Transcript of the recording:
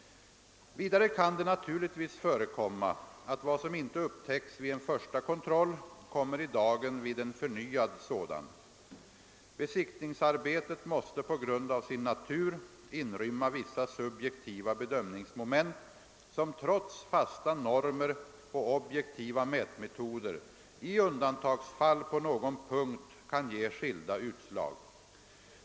Vidare kan det naturligtvis inträffa att vad som inte upptäcks vid en första kontroll kommer i dagen vid en förnyad sådan. Besiktningsarbetet måste på grund av sin natur inrymma vissa subjektiva bedömningsmoment, som trots fasta normer och objektiva mätmetoder i undantagsfall på någon punkt kan ge skilda utslag.